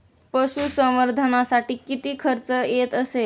पशुसंवर्धनासाठी किती खर्च येत असेल?